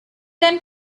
then